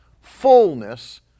fullness